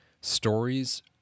stories